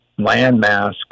landmass